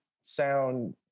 sound